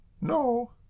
No